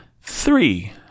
three